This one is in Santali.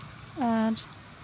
ᱟᱨ